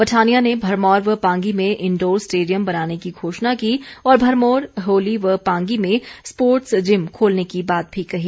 पठानिया ने भरमौर व पांगी में इंडोर स्टेडियम बनाने की घोषणा की और भरमौर होली व पांगी में स्पोर्टर्स जिम खोलने की बात भी कही